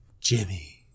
Jimmy